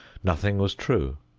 nothing was true.